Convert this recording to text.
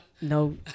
No